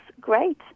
great